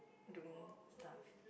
doing stuff